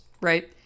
right